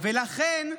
ולכן,